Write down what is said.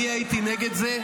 אני הייתי נגד זה.